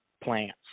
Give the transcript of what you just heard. Plants